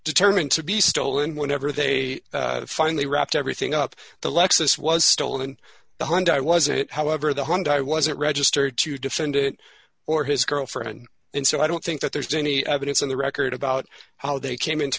determined to be stolen whenever they finally wrapped everything up the lexus was stolen and the hyundai wasn't however the hyundai wasn't registered to defend it or his girlfriend and so i don't think that there's any evidence on the record about how they came into